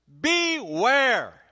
beware